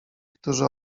którzy